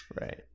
right